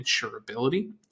insurability